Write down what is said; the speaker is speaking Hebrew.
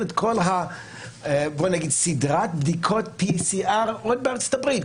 את כל סדרת בדיקותPCR עוד בארצות הברית?